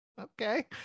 Okay